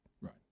Right